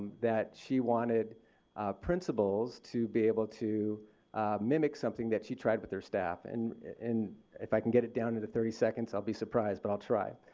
that she wanted principals to be able to mimic something that she tried with her staff. and if i can get it down to the thirty seconds i'll be surprised, but i'll try.